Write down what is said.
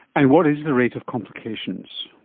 and what is the rate of complications?